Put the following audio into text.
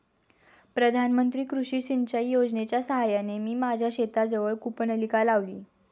प्रधानमंत्री कृषी सिंचाई योजनेच्या साहाय्याने मी माझ्या शेताजवळ कूपनलिका लावली